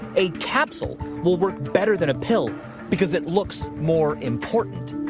a capsule will work better than a pill because it looks more important.